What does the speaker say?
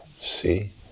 See